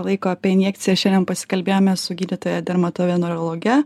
laiko apie injekciją šiandien pasikalbėjome su gydytoja dermatovenerologe